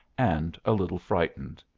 and a little frightened.